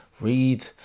Read